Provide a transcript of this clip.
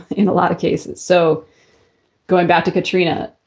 in a lot of cases. so going back to katrina,